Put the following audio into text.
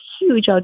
huge